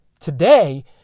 today